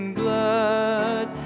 blood